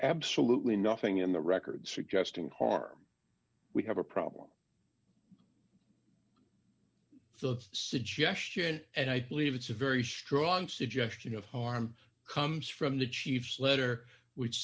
absolutely nothing in the record suggesting harm we have a problem the suggestion and i believe it's a very strong suggestion of harm comes from the chief's letter which